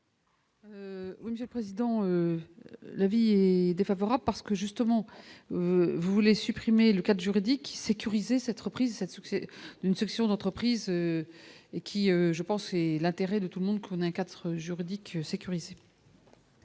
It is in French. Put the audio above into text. la ministre. Président, l'avis est défavorable parce que justement vous voulez supprimer le cadre juridique sécuriser cette reprise 7 succès d'une section d'entreprise et qui je pense est l'intérêt de tout le monde qu'on a un cadre juridique sécurisé.